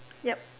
yup